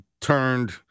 turned